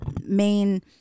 main